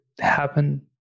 happen